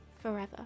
forever